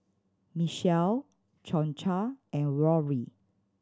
Michele Concha and Rory